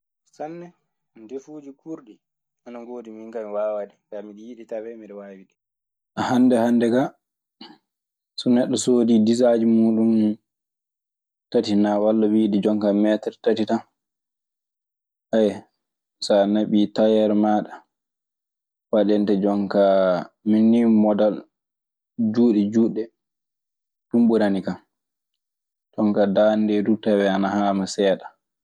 Sanne ndefuuji kuurndi ana ngoodi, minkaa mi waawaa ɗi kaa miɗe yiɗi tawwee mide waawi ɗi. Hannde hannde kaa so neɗɗo soodii disaaje muuɗun tati walla wiide jonkaa meetr tati tan. so a naɓii tayeer maaɗa, waɗante jonkaa-. Min nii modal juuɗe juutɗe ɗun ɓurani kan. jonkaa daande ndee du tawee ana haama seeɗa.